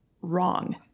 wrong